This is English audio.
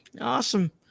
Awesome